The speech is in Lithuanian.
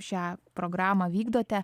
šią programą vykdote